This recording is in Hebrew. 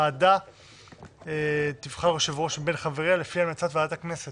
ועדה תבחר יושב-ראש מבין חבריה לפי המלצת ועדת הכנסת.